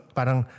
Parang